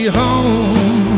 home